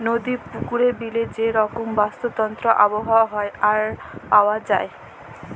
নদি, পুকুরে, বিলে যে রকম বাস্তুতন্ত্র আবহাওয়া হ্যয়ে আর পাওয়া যায়